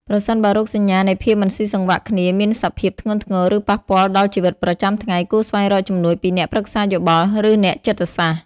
ប្រសិនបើរោគសញ្ញានៃភាពមិនស៊ីសង្វាក់គ្នាមានសភាពធ្ងន់ធ្ងរ ឬប៉ះពាល់ដល់ជីវិតប្រចាំថ្ងៃ គួរស្វែងរកជំនួយពីអ្នកប្រឹក្សាយោបល់ ឬអ្នកចិត្តសាស្រ្ត។